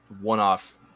one-off